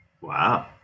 Wow